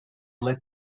let